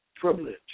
privilege